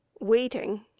waiting